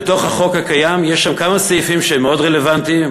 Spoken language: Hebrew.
בתוך החוק הקיים יש כמה סעיפים שהם מאוד רלוונטיים,